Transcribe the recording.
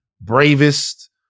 bravest